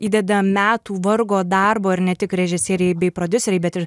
įdeda metų vargo darbo ir ne tik režisieriai bei prodiuseriai bet ir